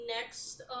next